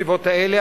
בישיבות האלה.